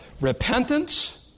repentance